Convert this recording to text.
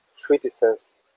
treatises